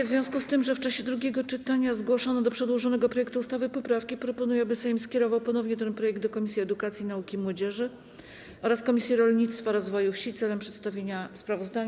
W związku z tym, że w czasie drugiego czytania zgłoszono do przedłożonego projektu ustawy poprawki, proponuję, aby Sejm skierował ponownie ten projekt do Komisji Edukacji, Nauki i Młodzieży oraz Komisji Rolnictwa i Rozwoju Wsi celem przedstawienia sprawozdania.